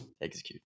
execute